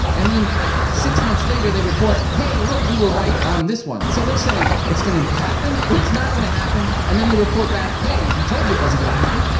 and then six months later they report, hey, look! we were right on this one. so they'll say, it's going to happen. it's not going to happen, and then they report back, hey! we told you it wasn't going to happen.